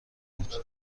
بود